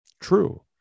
true